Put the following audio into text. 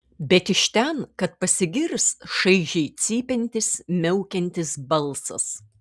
bet iš ten kad pasigirs šaižiai cypiantis miaukiantis balsas